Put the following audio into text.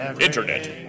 internet